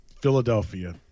Philadelphia –